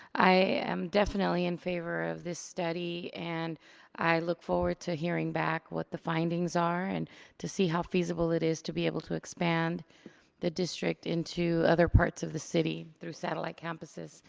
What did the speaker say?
i am definitely in favor of the study and i look forward to hearing back what the findings are and to see how feasible it is to be able to expand the district into other parts of the city through satellite campuses.